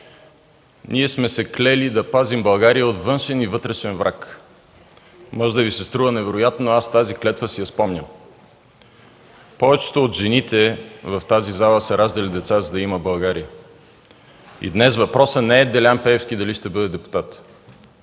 Ние сме се клели да пазим България от външен и вътрешен враг. Може да Ви се струва невероятно, но аз тази клетва си я спомням. Повече от жените в тази зала са раждали деца, за да я има България. Днес въпросът не е дали Делян Пеевски ще бъде депутат,